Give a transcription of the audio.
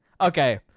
Okay